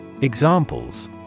Examples